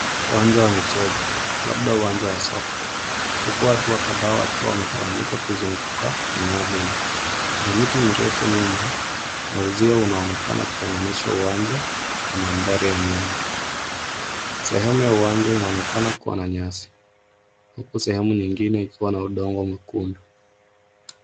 Uwanja wa michezo, labda uwanja wa soka. Huku watu kadhaa wakiwa wametawanyika kuzunguka eneo hili. Kuna miti mirefu nyuma na uzio unaonekana kutenganisha uwanja na mandhari ya nyuma. Sehemu ya uwanja inaonekana kuwa na nyasi huku sehemu nyingine ikiwa na udongo mwekundu.